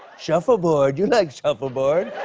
shuffleboard, you like shuffleboard.